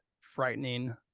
frightening